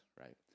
right